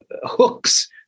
hooks